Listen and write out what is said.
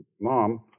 Mom